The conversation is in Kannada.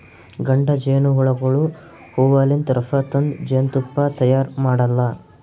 ಗಂಡ ಜೇನಹುಳಗೋಳು ಹೂವಲಿಂತ್ ರಸ ತಂದ್ ಜೇನ್ತುಪ್ಪಾ ತೈಯಾರ್ ಮಾಡಲ್ಲಾ